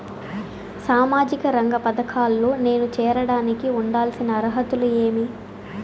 సామాజిక రంగ పథకాల్లో నేను చేరడానికి ఉండాల్సిన అర్హతలు ఏమి?